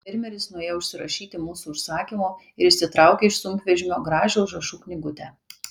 fermeris nuėjo užsirašyti mūsų užsakymo ir išsitraukė iš sunkvežimio gražią užrašų knygutę